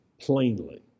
plainly